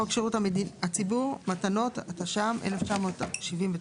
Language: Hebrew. חוק שירות הציבור (מתנות), התש"ם-1979,